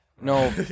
No